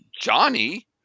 Johnny